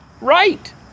right